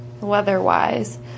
weather-wise